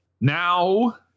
now